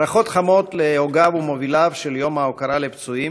ברכות חמות להוגיו ומוביליו של יום ההוקרה לפצועים,